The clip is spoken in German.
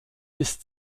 ist